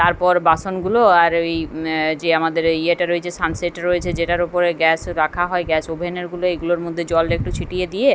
তারপর বাসনগুলো আর ওই যে আমাদের ওই ইয়েটা রয়েছে সানসেট রয়েছে যেটার ওপরে গ্যাস রাখা হয় গ্যাস ওভেনেরগুলো এগুলোর মধ্যে জল একটু ছিটিয়ে দিয়ে